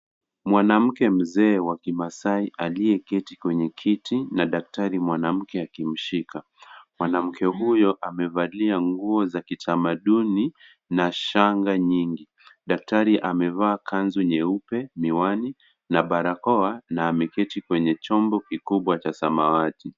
Mwanamke mzee wa kimasai aliyeketi kwenye kiti na daktari mwanamke akimshika. Mwanamke huyo amevalia nguo za kitamaduni na shanga nyingi. Daktari amevaa kanzu nyeupe, miwani na barakoa na ameketi kwenye chombo kikubwa cha samawati.